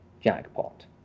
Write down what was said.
jackpot